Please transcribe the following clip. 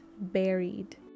buried